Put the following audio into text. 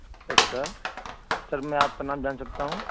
یس sir sir میں آپ کا نام جان سکتا ہوں